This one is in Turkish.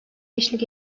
eşlik